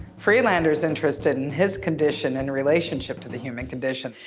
friedlander is interested in his condition in relationship to the human condition.